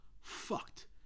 fucked